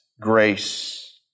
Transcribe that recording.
grace